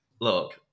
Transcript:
look